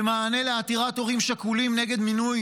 במענה לעתירת הורים שכולים נגד מינוי